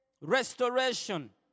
restoration